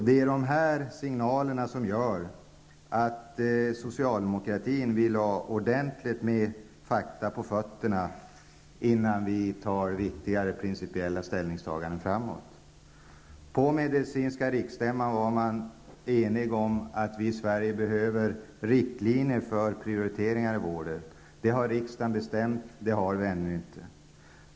Det är de här signalerna som gör att socialdemokratin vill ha ordentligt med fakta på fötterna innan vi gör viktigare principiella ställningstaganden framöver. På medicinska riksstämman var man enig om att vi i Sverige behöver riktlinjer för prioriteringar i vården. Det har riksdagen bestämt, men det har vi ännu inte.